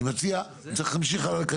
צריך להמשיך הלאה.